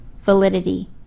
validity